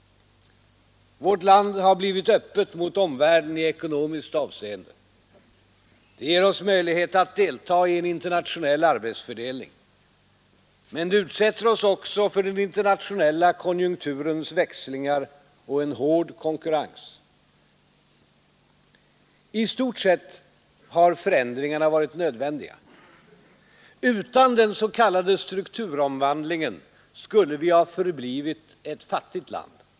Vårt land har blivit öppet mot omvärlden i ekonomiskt avseende. Det ger oss möjlighet att delta i en internationell arbetsfördelning. Men det utsätter oss också för den internationella konjunkturens växlingar och en hård konkurrens. I stort sett har förändringarna varit nödvändiga. Utan den s.k. strukturomvandlingen skulle vi ha förblivit ett fattigt land.